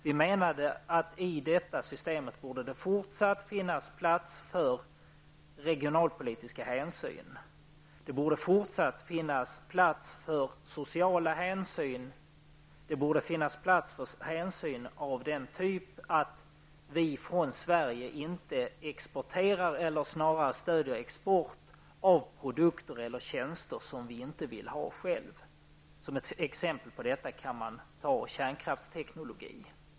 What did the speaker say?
Vi menade att det i det systemet fortsatt borde finnas plats för regionalpolitiska hänsyn, för sociala hänsyn och för hänsyn av den typen att vi från Sverige inte stöder export av produkter eller tjänster som vi inte själva vill ha. Som ett exempel på detta kan man nämna kärnkraftsteknologi.